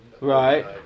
Right